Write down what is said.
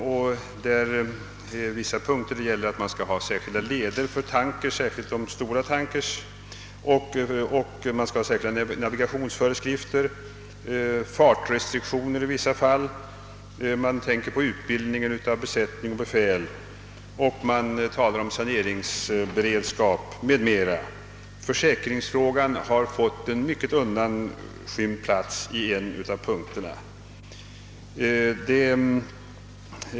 Bland punkterna märks förslag att man skall ha särskilda leder för tankers, i synnerhet för stora tankers, särskilda navigationsföreskrifter, fartrestriktioner i vissa fall och särskild utbildning av besättning och befäl. Vidare talas om saneringsberedskap m.m. Försäkringsfrågan har fått en mycket undanskymd plats i en av punkterna.